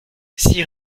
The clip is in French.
six